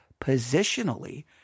Positionally